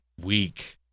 weak